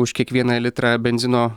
už kiekvieną litrą benzino